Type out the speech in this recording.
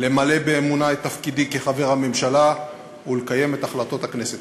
למלא באמונה את תפקידי כחבר הממשלה ולקיים את החלטות הכנסת.